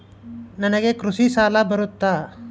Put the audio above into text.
ನನಗೆ ಕೃಷಿ ಸಾಲ ಬರುತ್ತಾ?